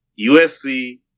USC